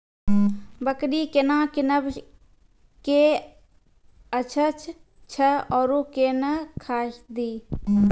बकरी केना कीनब केअचछ छ औरू के न घास दी?